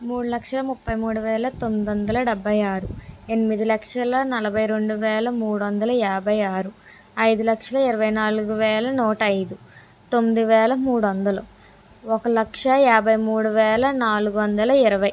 మూడు లక్షల ముప్పై మూడు వేల తొమ్మిది వందల డెబ్భై ఆరు ఎనిమిది లక్షల నలభై రెండు వేల మూడు వందల యాభై ఆరు ఐదు లక్షల ఇరవై నాలుగు వేల నూట ఐదు తొమ్మిది వేల మూడు వందలు ఒక లక్ష యాభై మూడు వేల నాలుగు వందల ఇరవై